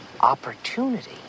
Opportunity